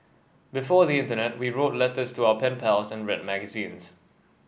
before the internet we wrote letters to our pen pals and read magazines